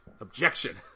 Objection